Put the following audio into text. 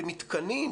במתקנים.